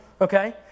okay